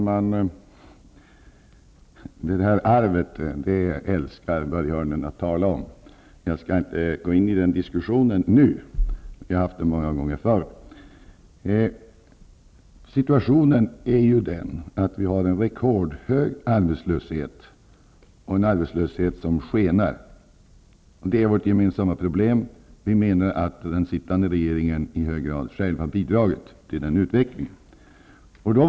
Herr talman! Börje Hörnlund älskar att tala om ''arvet''. Jag skall inte gå in i den diskussionen nu. Vi har haft den många gånger förr. Situationen är sådan att vi har en rekordhög ar betslöshet, och den skenar. Det är vårt gemen samma problem. Vi socialdemokrater menar att den sittande regeringen i hög grad själv har bidra git till denna utveckling. Jag hade en enkel fråga.